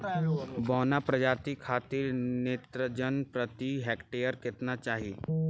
बौना प्रजाति खातिर नेत्रजन प्रति हेक्टेयर केतना चाही?